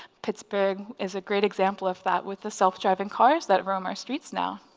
pittsburgh is a great example of that with the self-driving cars that roam our streets now.